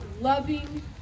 loving